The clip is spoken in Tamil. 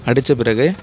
அடித்த பிறகு